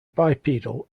bipedal